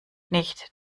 nicht